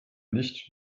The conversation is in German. nicht